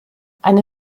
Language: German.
eine